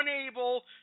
unable